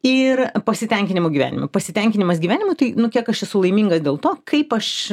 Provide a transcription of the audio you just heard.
ir pasitenkinimu gyvenimu pasitenkinimas gyvenimu tai nu kiek aš esu laimingas dėl to kaip aš